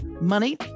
money